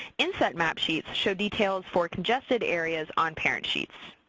inset map sheets show details for congested areas on parent sheets.